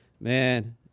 man